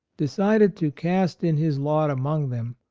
decided to cast in his lot among them,